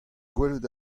gwelet